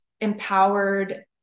empowered